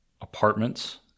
apartments